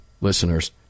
listeners